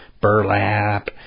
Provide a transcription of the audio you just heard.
Burlap